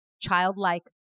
Childlike